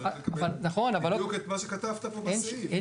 צריך לקבל בדיוק את מה שכתבת פה בסעיף,